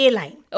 line